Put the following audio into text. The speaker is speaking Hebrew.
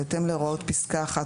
בהתאם להוראות פסקה (1),